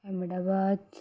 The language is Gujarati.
અહેમદાબાદ